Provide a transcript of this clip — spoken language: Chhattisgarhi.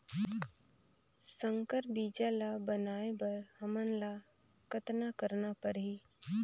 संकर बीजा ल बनाय बर हमन ल कतना करना परही?